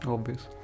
Obvious